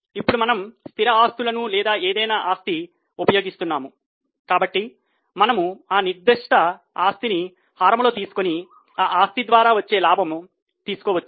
ఇప్పుడు మనము స్థిర ఆస్తులను లేదా ఏదైనా ఆస్తి ఉపయోగిస్తున్నాము కాబట్టి మనము ఆ నిర్దిష్ట ఆస్తిని హారం లో తీసుకొని ఆ ఆస్తి ద్వారా వచ్చే లాభం తెలుసుకోవచ్చు